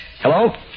Hello